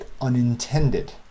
unintended